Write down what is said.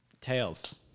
Tails